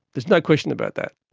there's no question about that.